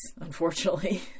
unfortunately